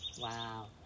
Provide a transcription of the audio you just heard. wow